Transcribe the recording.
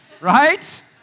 right